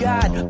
God